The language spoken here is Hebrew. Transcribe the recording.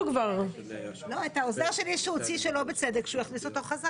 פנימיים כבר לסוף שנת 2022 כדי לא להימצא במצב שעברו ארבע שנים